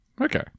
Okay